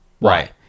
Right